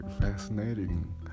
fascinating